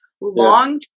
long